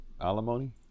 alimony